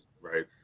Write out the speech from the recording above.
right